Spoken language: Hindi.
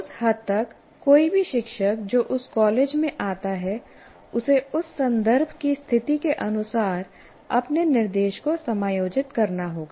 उस हद तक कोई भी शिक्षक जो उस कॉलेज में आता है उसे उस संदर्भ की स्थिति के अनुसार अपने निर्देश को समायोजित करना होगा